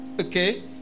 okay